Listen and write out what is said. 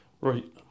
Right